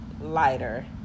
Lighter